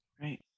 Right